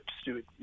Stuart